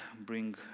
bring